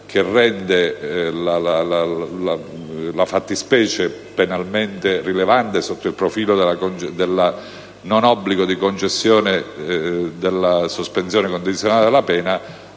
che rende la fattispecie penalmente rilevante sotto il profilo del non obbligo di concessione della sospensione condizionale della pena